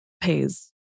pays